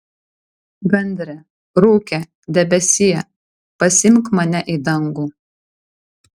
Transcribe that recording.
gandre rūke debesie pasiimk mane į dangų